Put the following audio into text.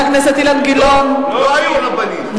חבר הכנסת אילן גילאון, נא לעלות.